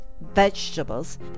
vegetables